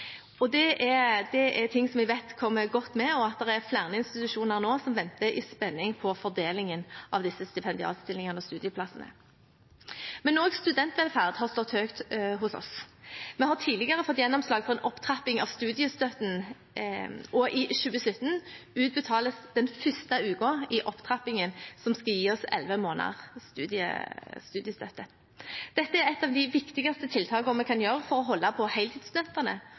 og 50 stipendiatstillinger. Dette er ting vi vet kommer godt med, og det er flere institusjoner nå som venter i spenning på fordelingen av disse stipendiatstillingene og studieplassene. Også studentvelferd har stått høyt hos oss. Vi har tidligere fått gjennomslag for en opptrapping av studiestøtten, og i 2017 utbetales den første uken i opptrappingen, som skal gi oss elleve måneders studiestøtte. Dette er et av de viktigste tiltakene vi kan treffe for å holde på